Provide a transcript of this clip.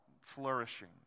flourishing